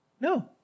No